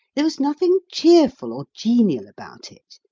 there was nothing cheerful or genial about it.